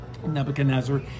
Nebuchadnezzar